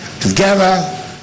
Together